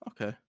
Okay